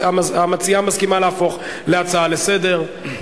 המציעה מסכימה להפוך להצעה לסדר-היום,